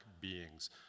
beings